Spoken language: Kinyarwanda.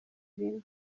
bine